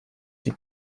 die